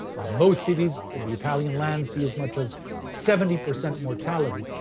most cities in the italian lands see as much as seventy percent mortality,